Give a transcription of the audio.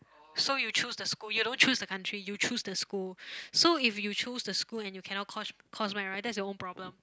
so you choose the school you don't choose the country you choose the school so if you choose the school and you cannot course course match right that's your own problem